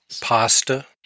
Pasta